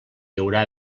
haurà